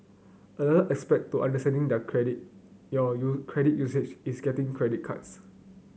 another aspect to understanding your credit your credit usage is getting credit cards